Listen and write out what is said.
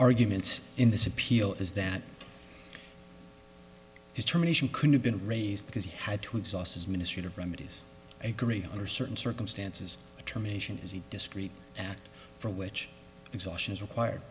arguments in this appeal is that his terminations could have been raised because he had to exhaust his ministry of remedies agree under certain circumstances termination as a discrete act for which exhaustion is required